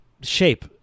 shape